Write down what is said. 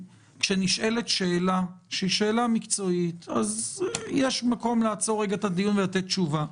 כשנשאלת שאלה מקצועית אז יש מקום לעצור לרגע את הדיון ולענות תשובה.